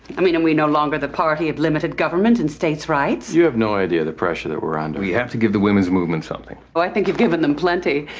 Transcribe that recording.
i mean, and we no longer the party of limited government and states rights. you have no idea the pressure that we're on. we have to give the women's movement something. well, i think you've given them plenty.